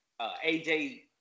AJ